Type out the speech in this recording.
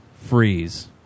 freeze